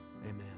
Amen